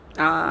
ah